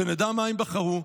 שנדע מה הם בחרו,